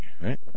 right